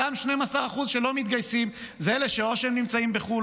אותם 12% שלא מתגייסים זה אלה או שהם נמצאים בחו"ל